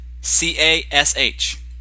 C-A-S-H